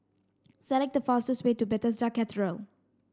select the fastest way to Bethesda Cathedral